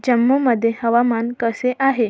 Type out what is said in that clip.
जम्मूमध्ये हवामान कसे आहे